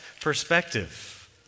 perspective